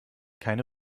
keine